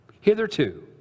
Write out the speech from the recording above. hitherto